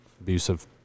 abusive